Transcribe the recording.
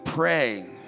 pray